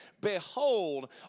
Behold